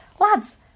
lads